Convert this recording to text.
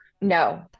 no